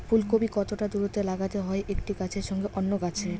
ফুলকপি কতটা দূরত্বে লাগাতে হয় একটি গাছের সঙ্গে অন্য গাছের?